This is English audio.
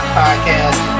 podcast